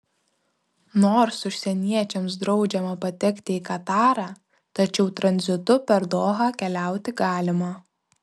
nors užsieniečiams draudžiama patekti į katarą tačiau tranzitu per dohą keliauti galima